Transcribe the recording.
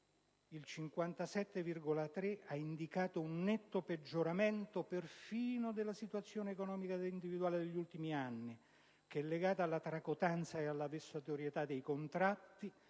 ha indicato un netto peggioramento perfino della situazione economica individuale degli ultimi anni, che legato alla tracotanza e alla vessatorietà dei contratti,